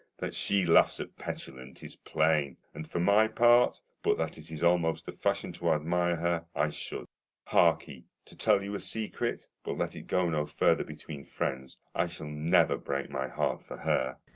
that she laughs at petulant is plain. and for my part, but that it is almost a fashion to admire her, i should harkee to tell you a secret, but let it go no further between friends, i shall never break my heart for her.